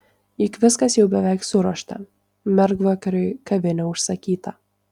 juk viskas jau beveik suruošta mergvakariui kavinė užsakyta